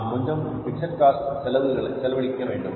நாம் கொஞ்சம் fixed cost செலவழிக்க வேண்டும்